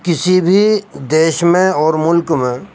کسی بھی دیس میں اور ملک میں